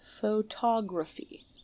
Photography